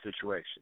situation